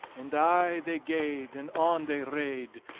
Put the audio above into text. and aye they gaed, and on they rade,